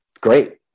great